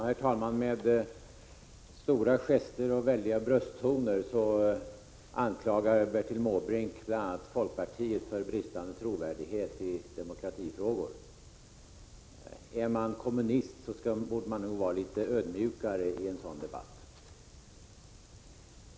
Herr talman! Med stora gester och väldiga brösttoner anklagar Bertil Måbrink bl.a. folkpartiet för bristande trovärdighet i demokratifrågor. Är man kommunist, borde man nog vara litet ödmjukare i en sådan debatt.